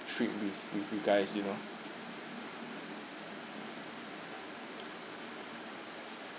trip with with you guys you know